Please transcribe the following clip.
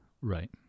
Right